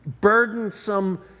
burdensome